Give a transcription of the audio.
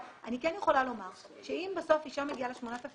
אני כן יכולה לומר שאם בסוף אישה מגיעה ל-8,000